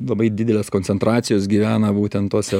labai didelės koncentracijos gyvena būtent tose